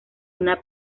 una